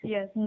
Yes